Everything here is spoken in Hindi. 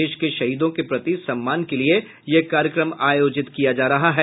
देश के शहीदों के प्रति सम्मान के लिये यह कार्यक्रम आयोजित किया जा रहा है